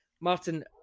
Martin